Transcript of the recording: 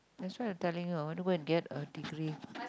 that's what telling you I want to go and get a degree